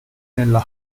nella